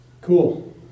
Cool